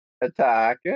attack